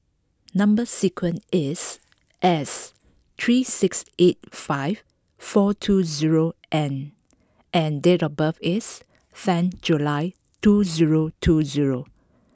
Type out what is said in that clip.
number sequence is S three six eight five four two zero N and date of birth is ten July two zero two zero